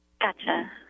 Gotcha